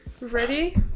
Ready